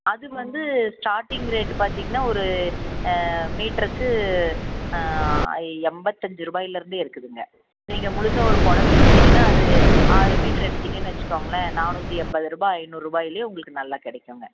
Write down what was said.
அது வந்து starting rate பார்த்தீங்கனா ஒரு மீட்ருக்கு எண்பத்தஞ்சு ரூபாயிலேருந்து இருக்குதுங்க நீங்கள் முழுசா ஒரு புடவ எடுத்திங்கனால் அது ஆறு மீட்டர் எடுத்தீங்கனு வைச்சுக்கோங்களேன் நானூற்றி எண்பது ரூபாய் ஐந்நூறுரூபாயிலையே உங்களுக்கு நல்லா கிடைக்குங்க